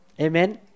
Amen